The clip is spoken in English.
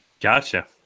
Gotcha